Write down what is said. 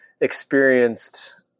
experienced